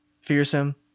fearsome